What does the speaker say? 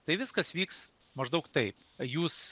tai viskas vyks maždaug taip jūs